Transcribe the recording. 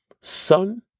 Son